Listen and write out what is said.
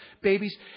babies